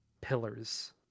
pillars